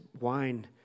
wine